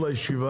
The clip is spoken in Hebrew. (הישיבה